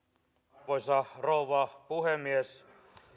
arvoisa rouva puhemies